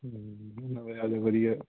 ਨਵੇਂ ਵਾਲੇ ਵਧੀਆ ਹੈ